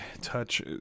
touch